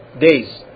days